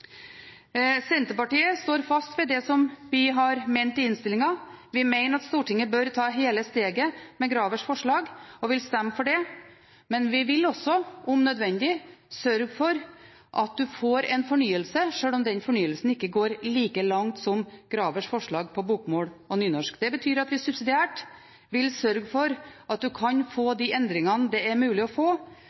Senterpartiet står fast ved det som vi har ment i innstillingen. Vi mener at Stortinget bør ta hele steget når det gjelder Gravers forslag, og vil stemme for det. Men vi vil også – om nødvendig – sørge for at en får en fornyelse, sjøl om den fornyelsen ikke går like langt som Gravers forslag til bokmål og nynorsk. Det betyr at vi subsidiært vil sørge for at en kan få de endringene det er mulig å få,